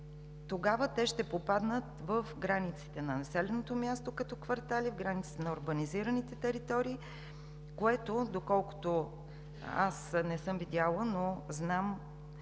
тогава те ще попаднат в границите на населеното място като квартали, границите на урбанизираните територии, което, доколкото не съм видяла, но знам,